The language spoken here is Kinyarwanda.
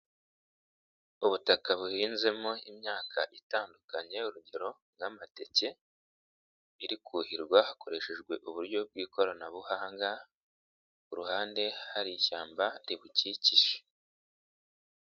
Ubutaka buhinzemo imyaka itandukanye urugero nk'amateke, iri kuhirwa hakoreshejwe uburyo bw'ikoranabuhanga, ku ruhande hari ishyamba ribukikije.